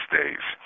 days